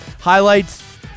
Highlights